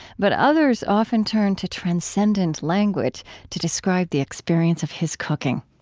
but others often turn to transcendent language to describe the experience of his cooking.